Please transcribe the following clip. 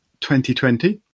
2020